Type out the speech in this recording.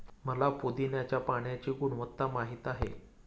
मला पुदीन्याच्या पाण्याची गुणवत्ता माहित आहे